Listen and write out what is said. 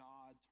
God